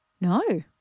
No